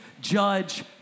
judge